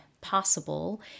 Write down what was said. possible